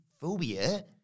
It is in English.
phobia